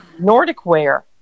Nordicware